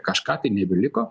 kažką tai nebeliko